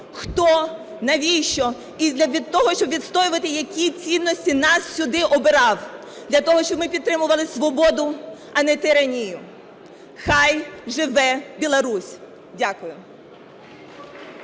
хто, навіщо і для того, щоб відстоювати тих цінності, хто нас сюди обирав, для того, щоб ми підтримували свободу, а не тиранію. Хай живе Білорусь! Дякую.